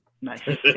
Nice